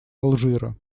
алжира